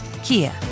Kia